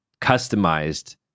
customized